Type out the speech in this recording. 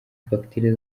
fagitire